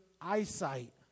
eyesight